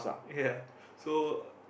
ya so